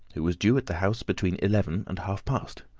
who was due at the house between eleven and half-past.